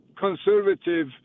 conservative